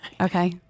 okay